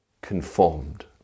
conformed